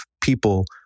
people